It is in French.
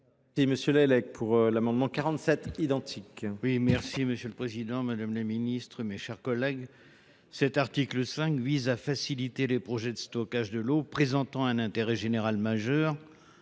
Monsieur le président, madame la ministre, mes chers collègues,